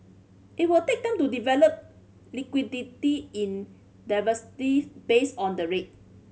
it will take time to develop liquidity in based on the rate